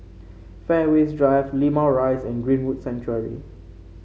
Fairways Drive Limau Rise and Greenwood Sanctuary